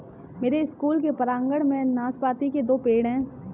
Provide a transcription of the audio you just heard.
मेरे स्कूल के प्रांगण में नाशपाती के दो पेड़ हैं